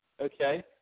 okay